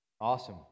Awesome